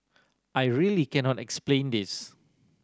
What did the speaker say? I really cannot explain this